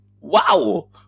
wow